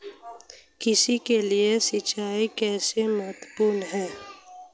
कृषि के लिए सिंचाई कैसे महत्वपूर्ण है?